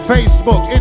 Facebook